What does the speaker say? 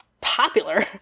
popular